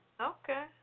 Okay